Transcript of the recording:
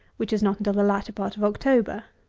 which is not until the latter part of october.